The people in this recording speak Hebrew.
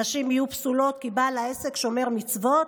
נשים יהיו פסולות כי בעל העסק שומר מצוות?